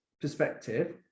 perspective